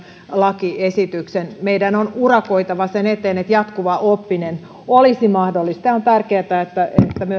lakiesityksen meidän on urakoitava sen eteen että jatkuva oppiminen olisi mahdollista on tärkeätä että